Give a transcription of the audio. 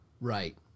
right